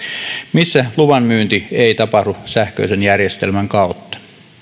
missä luvan myynti ei tapahdu sähköisen järjestelmän kautta